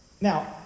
Now